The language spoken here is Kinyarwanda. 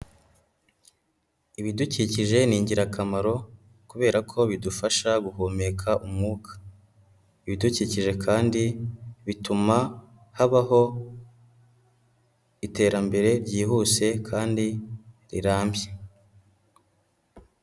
Ibidukikije ni ingirakamaro kubera ko bidufasha guhumeka umwuka. Ibidukikije kandi bituma habaho iterambere ryihuse kandi rirambye.